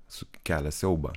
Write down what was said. su kelia siaubą